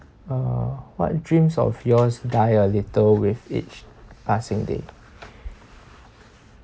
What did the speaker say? uh what dreams of yours die a little with each passing day